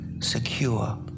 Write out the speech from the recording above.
secure